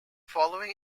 following